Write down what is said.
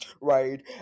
Right